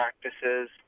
practices